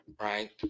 right